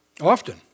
often